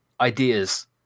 ideas